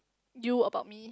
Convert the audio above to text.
you about me